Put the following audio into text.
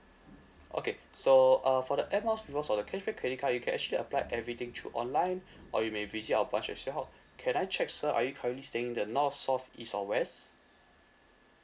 okay so uh for the air miles rewards or the cashback credit card you can actually applied everything through online or you may visit our branch as well can I check sir are you currently staying the north south east or west